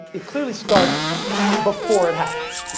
it clearly starts before it happens.